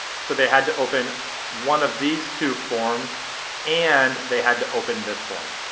so they had to open one of these two forms and they had to open this form,